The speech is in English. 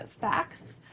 facts